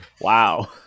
Wow